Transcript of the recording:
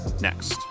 next